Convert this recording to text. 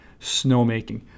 snowmaking